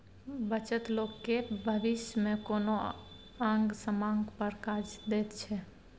बचत लोक केँ भबिस मे कोनो आंग समांग पर काज दैत छै